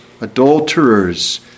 adulterers